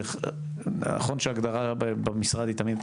נכון שההגדרה במשרד היא תמיד,